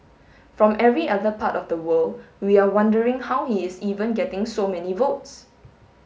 from every other part of the world we are wondering how he is even getting so many votes